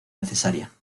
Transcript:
necesaria